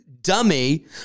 dummy